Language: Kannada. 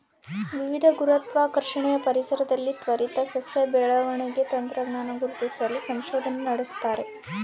ವಿವಿಧ ಗುರುತ್ವಾಕರ್ಷಣೆಯ ಪರಿಸರದಲ್ಲಿ ತ್ವರಿತ ಸಸ್ಯ ಬೆಳವಣಿಗೆ ತಂತ್ರಜ್ಞಾನ ಗುರುತಿಸಲು ಸಂಶೋಧನೆ ನಡೆಸ್ತಾರೆ